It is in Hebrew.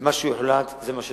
ומה שיוחלט זה מה שנבצע.